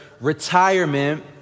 retirement